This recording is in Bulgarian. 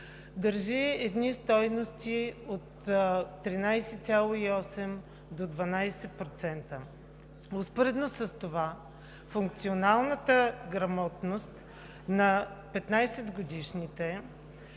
държи стойности от 13,8 до 12%. Успоредно с това функционалната грамотност на 15-годишните